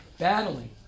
Battling